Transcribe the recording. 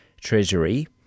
Treasury